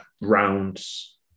rounds